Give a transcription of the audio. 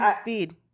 Speed